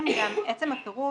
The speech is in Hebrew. פירוט